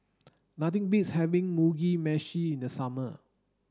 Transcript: nothing beats having Mugi Meshi in the summer